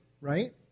right